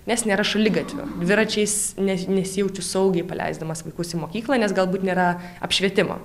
nes nėra šaligatvio dviračiais nes nesijaučiu saugiai paleisdamas vaikus į mokyklą nes galbūt nėra apšvietimo